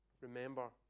remember